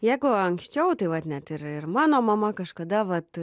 jeigu anksčiau tai vat net ir mano mama kažkada vat